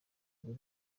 bw’u